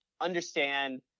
understand